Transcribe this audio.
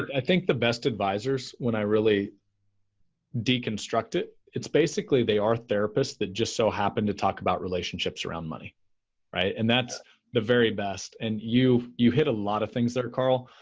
i think the best advisors when i really deconstruct it, it's basically they are therapists that just so happen to talk about relationships around money and that's the very best and you you hit a lot of things there, carl.